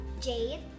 jade